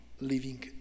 living